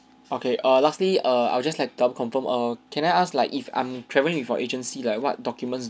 okay err lastly err I'll just like to double confirm err can I ask like if I'm travelling with your agency like what documents